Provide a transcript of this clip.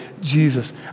Jesus